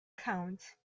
count